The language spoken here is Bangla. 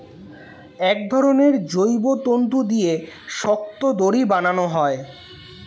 এক ধরনের জৈব তন্তু দিয়ে শক্ত দড়ি বানানো হয়